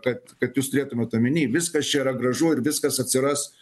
kad kad jūs turėtumėt omeny viskas čia yra gražu ir viskas atsiras